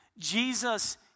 Jesus